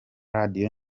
radio